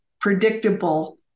predictable